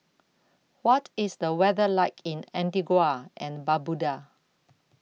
What IS The weather like in Antigua and Barbuda